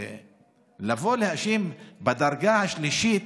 לבוא ולהאשים בדרגה השלישית,